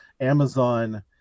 Amazon